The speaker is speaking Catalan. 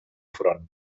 front